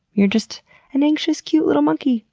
you're just an anxious cute little monkey,